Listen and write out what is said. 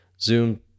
Zoom